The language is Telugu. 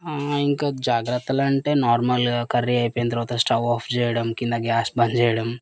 ఇంక జాగ్రత్తలు అంటే నార్మల్గా కర్రీ అయిపోయిన తర్వాత స్టవ్ ఆఫ్ చేయడం కింద గ్యాస్ బందు చేయడం